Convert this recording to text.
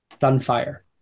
gunfire